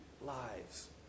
lives